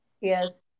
yes